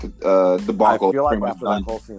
debacle